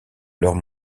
leurs